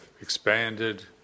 expanded